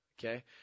okay